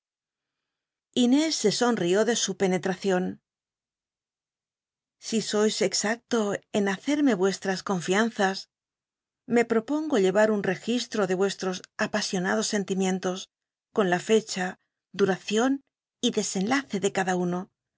inés so onrió de su penettacion si sois exacto en hacerme uestras confianzas me propongo llevar un registro de vuesli'os apasionados sentimientos con la fecha duraciou y desenlace de cada uno